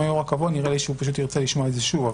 היו"ר הקבוע נראה לי שהוא פשוט ירצה לשמוע את זה שוב,